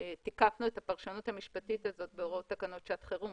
תיקפנו את הפרשנות המשפטית הזאת בהוראות תקנות שעת חירום,